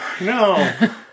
no